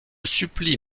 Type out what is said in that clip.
supplie